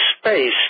space